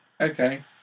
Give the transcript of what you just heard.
Okay